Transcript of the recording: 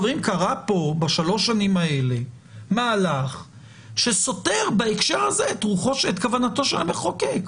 קרה פה בשלוש השנים האלה מהלך שסותר בהקשר הזה את כוונתו של המחוקק.